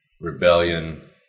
rebellion